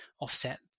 offset